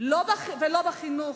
ולא בחינוך.